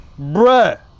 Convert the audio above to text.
bruh